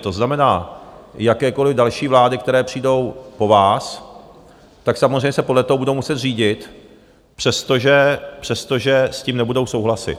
To znamená, jakékoliv další vlády, které přijdou po vás, tak samozřejmě se podle toho budou muset řídit, přestože s tím nebudou souhlasit.